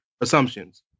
assumptions